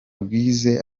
rwize